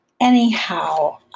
Anyhow